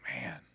man